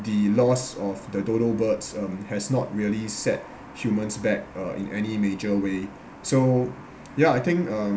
the loss of the dodo birds um has not really set humans back uh in any major way so yeah I think uh